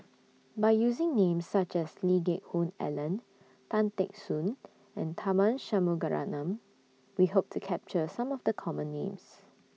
By using Names such as Lee Geck Hoon Ellen Tan Teck Soon and Tharman Shanmugaratnam We Hope to capture Some of The Common Names